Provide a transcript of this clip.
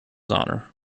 honor